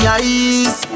eyes